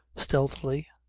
stealthy,